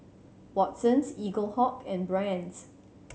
Watsons Eaglehawk and Brand's